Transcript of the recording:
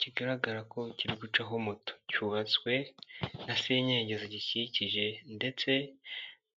kigaragara ko kiri gucaho moto, cyubatswe na senyenge zigikikije ndetse